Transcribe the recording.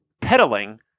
peddling